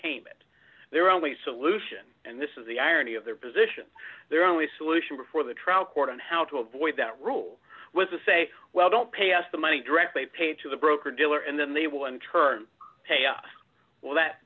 payment their only solution and this is the irony of their position their only solution before the trial court on how to avoid that rule was a say well don't pay us the money directly pay to the broker dealer and then they will in turn pay us well that